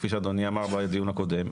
כפי שאדוני אמר בדיון הקודם,